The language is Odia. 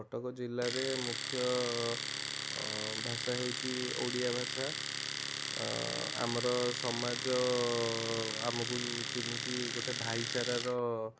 କଟକ ଜିଲ୍ଲା ରେ ମୁଖ୍ୟ ଭାଷା ହେଉଛି ଓଡ଼ିଆ ଭାଷା ଆମର ସମାଜ ଆମକୁ ଚିହ୍ନିଛି ଗୋଟେ ଭାଇଚାରା ର